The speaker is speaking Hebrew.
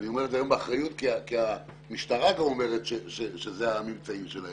ואני אומר את זה היום באחריות כי המשטרה גם אומרת שאלה הממצאים שלה